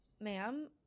ma'am